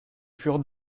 furent